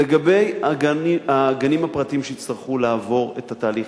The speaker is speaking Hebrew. לגבי הגנים הפרטיים שיצטרכו לעבור את התהליך,